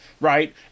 right